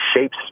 shapes